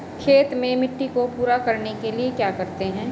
खेत में मिट्टी को पूरा करने के लिए क्या करते हैं?